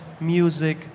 music